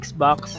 Xbox